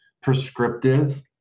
prescriptive